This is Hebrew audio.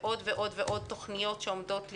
עוד ועוד ועוד תוכניות שעומדות להיסגר,